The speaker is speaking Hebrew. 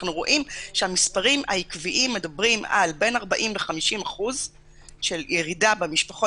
אנחנו רואים שהמספרים העקביים מדברים על בין 40% ל-50% של ירידה במשפחות